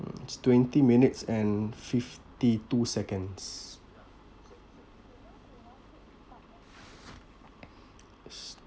it's twenty minutes and fifty two seconds